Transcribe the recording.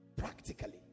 Practically